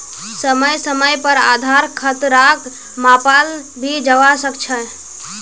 समय समय पर आधार खतराक मापाल भी जवा सक छे